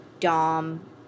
Dom